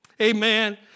Amen